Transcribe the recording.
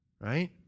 right